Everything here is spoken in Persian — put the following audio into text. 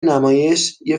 نمایش، یه